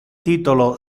titolo